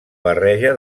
barreja